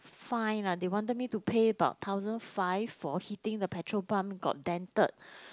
fine ah they wanted me to pay about thousand five for hitting the petrol pump got dented